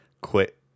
quit